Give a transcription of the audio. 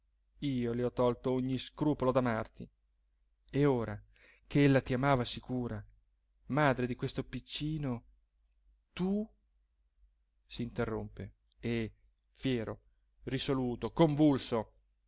io le ho tolto ogni scrupolo d'amarti e ora che ella ti amava sicura madre di questo piccino tu s'interrompe e fiero risoluto convulso